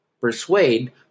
persuade